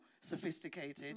sophisticated